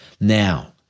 Now